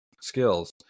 skills